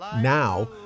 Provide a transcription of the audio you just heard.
now